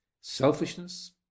selfishness